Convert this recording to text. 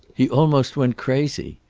he almost went crazy.